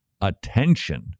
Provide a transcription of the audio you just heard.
attention